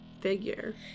figure